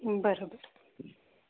बरोबर